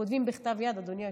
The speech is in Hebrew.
כותבים בכתב יד, אדוני היושב-ראש.